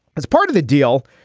as part of the deal.